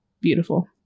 beautiful